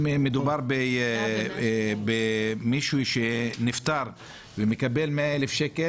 אם מדובר על מישהו שנפטר ומשפחתו מקבלת 100,000 שקל